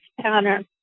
pattern